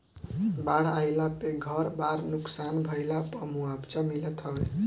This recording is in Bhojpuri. बाढ़ आईला पे घर बार नुकसान भइला पअ मुआवजा मिलत हवे